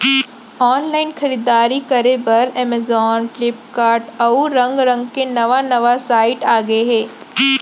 online खरीददारी करे बर अमेजॉन, फ्लिपकार्ट, अउ रंग रंग के नवा नवा साइट आगे हे